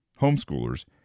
Homeschoolers